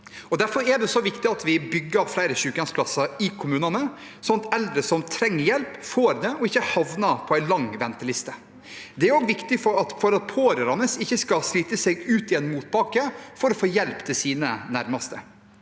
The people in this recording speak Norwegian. Derfor er det viktig at vi bygger flere sykehjemsplasser i kommunene, slik at eldre som trenger hjelp, får det og ikke havner på en lang venteliste. Det er også viktig for at de pårørende ikke skal slite seg ut i en motbakke for å få hjelp til sine nærmeste.